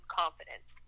confidence